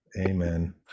amen